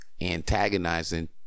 antagonizing